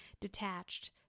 detached